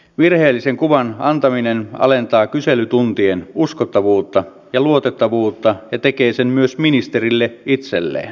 virheellisen kuvan antaminen alentaa kyselytuntien uskottavuutta ja luotettavuutta ja tekee sen myös ministerille itselleen